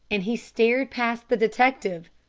and he stared past the detective.